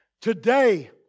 Today